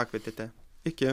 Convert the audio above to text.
pakvietėte iki